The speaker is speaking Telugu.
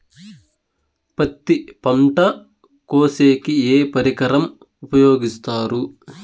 పత్తి పంట కోసేకి ఏ పరికరం ఉపయోగిస్తారు?